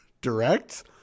direct